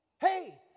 Hey